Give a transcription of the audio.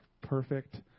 perfect